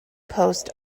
post